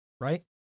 right